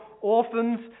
orphans